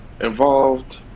Involved